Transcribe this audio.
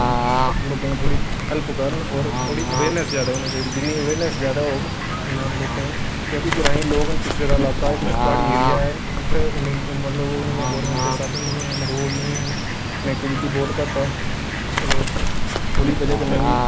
लोकें ईंं थोह्ड़ी हैल्प करन थोह्ड़ी अवेयर्नैस ज्यादा होना चाही दी जिन्नी अवेयर्नैस ज्यादा होग उन्ना लोकें ई क्यूंकि ग्राईं लोक न पिछड़े दा इलाका ऐ कुछ प्हाड़ी एरिया ऐ जित्थै इन्नी ओह् नीं ऐ मतलब गोरमैंट दे साधन नीं रोड़ नीं हैन कनैक्टविटी बहुत घट्ट ऐ तो ओह्दी बजह कन्नै बी